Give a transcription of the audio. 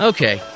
Okay